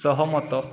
ସହମତ